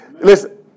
Listen